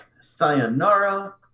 sayonara